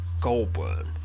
Goldburn